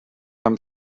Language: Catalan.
amb